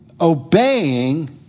Obeying